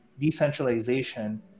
decentralization